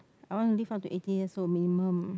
I want to live up to eighty years old minimum